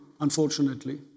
unfortunately